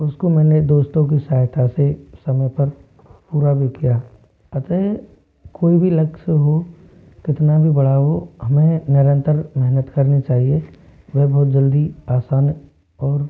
उसको मैंने दोस्तों की सहायता से समय पर पूरा भी किया अतः कोई भी लक्ष्य हो कितना भी बड़ा हो हमें निरंतर मेहनत करनी चाहिए वेह बहुत जल्दी ही आसान और